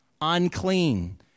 unclean